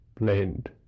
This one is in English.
blend